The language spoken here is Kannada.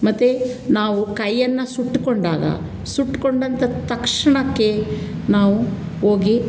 ಮತ್ತು ನಾವು ಕೈಯ್ಯನ್ನ ಸುಟ್ಟುಕೊಂಡಾಗ ಸುಟ್ಕೊಂಡಂಥ ತಕ್ಷಣಕ್ಕೆ ನಾವು ಹೋಗಿ